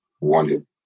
wanted